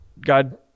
God